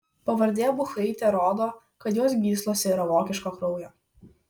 pavardė buchaitė rodo kad jos gyslose yra vokiško kraujo